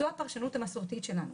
זאת הפרשנות המסורתית שלנו.